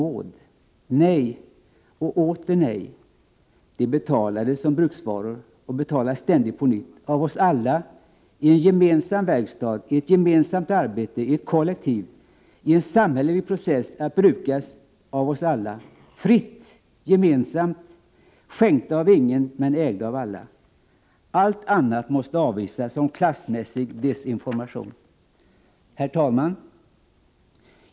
de betalades som bruksvaror av oss alla i en gemensam verkstad i ett gemensamt arbete att brukas av oss alla fritt Allt annat måste avvisas som klassmässig desinformation. Herr talman!